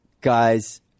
Guys